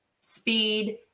speed